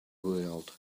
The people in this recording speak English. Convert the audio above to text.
world